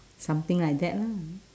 something like that lah